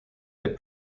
est